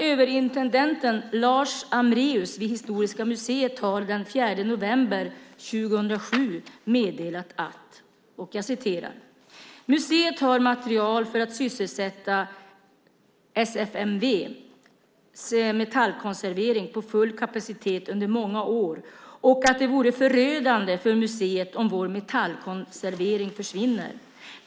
Överintendenten Lars Amréus vid Historiska museet har den 4 november 2007 meddelat: Museet har material för att sysselsätta SFMV:s metallkonservering på full kapacitet under många år. Det vore förödande för museet om vår metallkonservering försvinner.